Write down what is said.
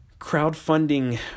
crowdfunding